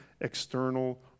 external